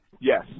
yes